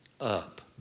up